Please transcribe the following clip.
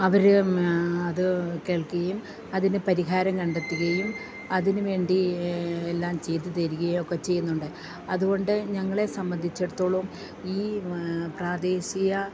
അവർ അത് കേൾക്കുകയും അതിന് പരിഹാരം കണ്ടെത്തുകയും അതിനു വേണ്ടി എല്ലാം ചെയ്തു തരികയും ഒക്കെ ചെയ്യുന്നുണ്ട് അതുകൊണ്ട് ഞങ്ങളെ സംബന്ധിച്ചടുത്തോളം ഈ പ്രാദേശിക